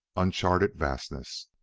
uncharted vastness.